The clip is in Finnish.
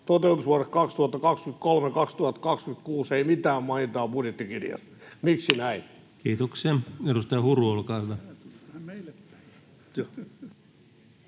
toteutuksesta vuosille 2023—2026 ei ole mitään mainintaa budjettikirjassa. Miksi näin? Kiitoksia. — Edustaja Huru, olkaa hyvä.